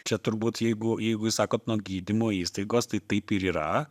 čia turbūt jeigu jeigu jūs sakot nuo gydymo įstaigos tai taip ir yra